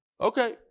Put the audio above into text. Okay